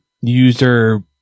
user